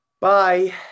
Bye